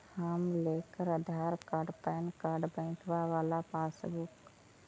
हम लेकर Aadhaar card PAN card बैंकवा वाला पासबुक?